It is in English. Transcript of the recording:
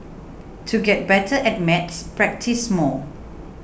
to get better at maths practise more